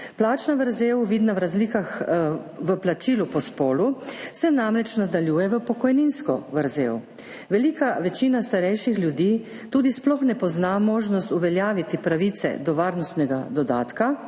plačna vrzel, vidna v razlikah v plačilu po spolu, se namreč nadaljuje v pokojninsko vrzel. Velika večina starejših ljudi tudi sploh ne pozna možnost uveljaviti pravice do varnostnega dodatka